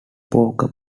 poker